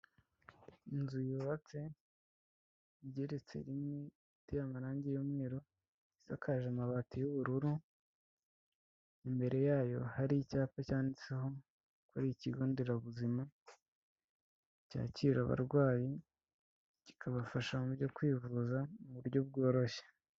Inzu yubatse, igereretse rimwe, itera amarangi y'umweru, isakaje amabati y'ubururu. Imbere yayo hari icyapa cyanditseho ko ari ikigo nderabuzima cyakira abarwayi, kikabafasha mu byo kwivuza mu buryo bworoshye.